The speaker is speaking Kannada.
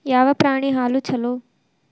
ಯಾವ ಪ್ರಾಣಿ ಹಾಲು ಛಲೋ?